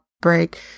break